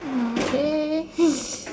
oh okay